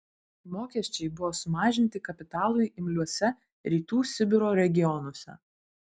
mokesčiai buvo sumažinti kapitalui imliuose rytų sibiro regionuose